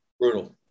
brutal